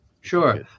Sure